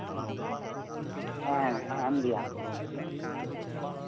ᱦᱮᱸ ᱮᱢ ᱜᱮᱭᱟ ᱠᱚ